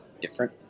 different